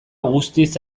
guztiz